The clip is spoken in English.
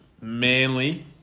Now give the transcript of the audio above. Manly